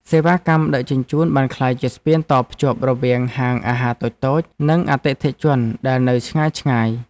សេវាកម្មដឹកជញ្ជូនបានក្លាយជាស្ពានតភ្ជាប់រវាងហាងអាហារតូចៗ និងអតិថិជនដែលនៅឆ្ងាយៗ។